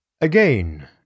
Again